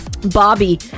Bobby